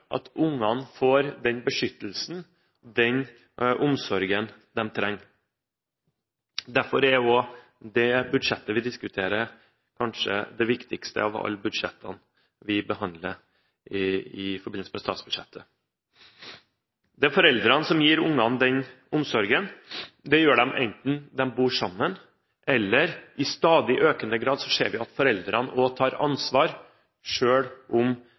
at ungene får den beskyttelsen og den omsorgen de trenger. Derfor er også det budsjettet vi diskuterer, kanskje det viktigste av alle budsjettene vi behandler i forbindelse med statsbudsjettet. Det er foreldrene som gir ungene omsorgen. Det gjør de enten de bor sammen, eller de tar ansvar – noe vi ser i stadig økende grad